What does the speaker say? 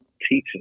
teaching